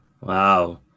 Wow